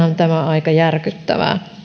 aika järkyttävää